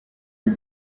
the